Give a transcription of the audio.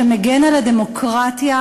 שמגן על הדמוקרטיה,